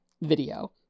video